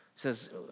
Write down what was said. says